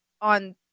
on